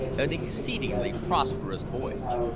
an exceedingly prosperous voyage.